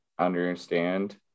understand